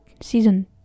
season